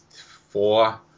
four